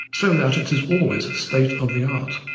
so that it is always state of the art.